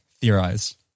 theorized